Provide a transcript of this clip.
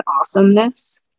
awesomeness